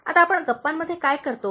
आता आपण गप्पांमध्ये काय करतो